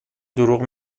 دروغ